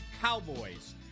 cowboys